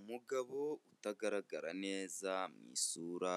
Umugabo utagaragara neza mu isura,